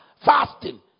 fasting